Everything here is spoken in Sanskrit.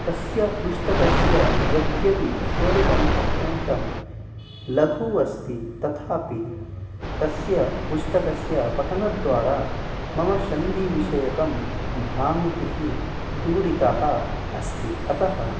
तस्य पुस्तकस्य यद्यपि स्वरूपम् अत्यन्तं लघु अस्ति तथापि तस्य पुस्तकस्य पठनद्वारा मम सन्धिविषयकं भ्रान्तिः दूरिता अस्ति अतः